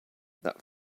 that